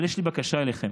אבל יש לי בקשה אליכם: